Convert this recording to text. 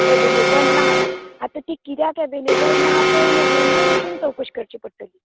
available ना आतां तें किद्याक ऍवेलेबल ना तें एम एल एन वचून चौकशीं करची पडतलीं